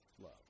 love